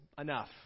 enough